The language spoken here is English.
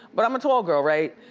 but i'm a tall girl, right?